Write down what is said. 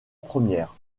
première